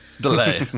Delay